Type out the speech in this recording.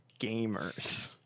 Gamers